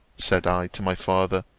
said i, to my father,